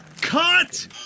Cut